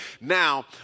Now